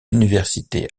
universités